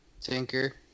Tinker